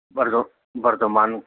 Bergman